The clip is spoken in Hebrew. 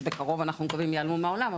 שבקרוב אנחנו מקווים שייעלמו מהעולם,